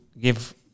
give